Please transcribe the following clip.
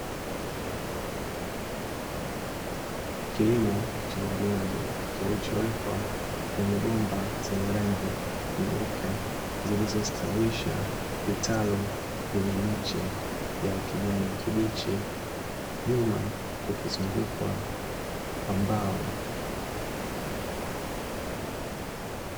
Kilimo cha majimaji kilichowekwa kwenye bomba zenye rangi nyeupe, zilizostawisha vitalu vyenye miche ya ukijani kibichi, nyuma kukizungukwa kwa mbao.